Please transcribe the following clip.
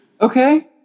Okay